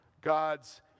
God's